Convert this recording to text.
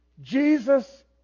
Jesus